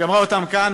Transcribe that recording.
שאמרה כאן,